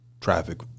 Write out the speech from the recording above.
traffic